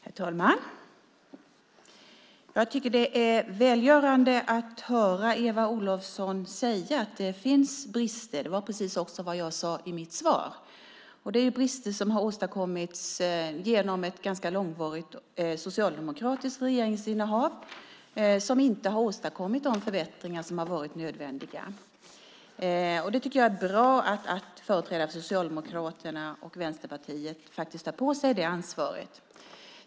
Herr talman! Jag tycker att det är välgörande att höra Eva Olofsson säga att det finns brister. Det var precis vad jag sade i mitt svar. Det är brister som har åstadkommits genom ett ganska långvarigt socialdemokratiskt regeringsinnehav då man inte har åstadkommit de förbättringar som har varit nödvändiga. Jag tycker att det är bra att företrädare för Socialdemokraterna och Vänsterpartiet faktiskt tar på sig det ansvaret.